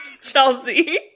Chelsea